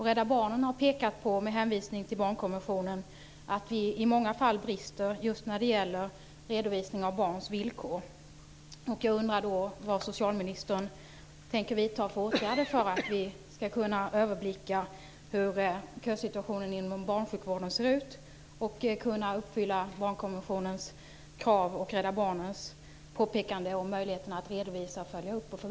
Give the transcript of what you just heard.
Rädda Barnen har med hänvisning till barnkonventionen pekat på att det i många fall brister just när det gäller redovisning av barns villkor.